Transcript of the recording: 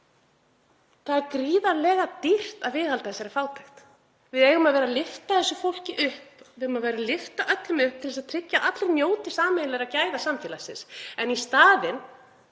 Það er gríðarlega dýrt að viðhalda þessari fátækt. Við eigum að vera að lyfta þessu fólki upp, við eigum að lyfta öllum upp til að tryggja að allir njóti sameiginlegra gæða samfélagsins. En í staðinn